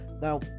Now